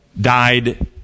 died